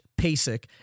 PASIC